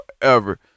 forever